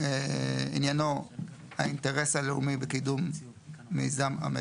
עניינו האינטרס הלאומי בקידום מיזם המטרו,